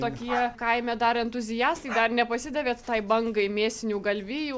tokie kaime dar entuziastai dar nepasidavėt tai bangai mėsinių galvijų